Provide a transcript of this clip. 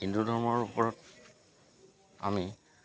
হিন্দু ধৰ্মৰ ওপৰত আমি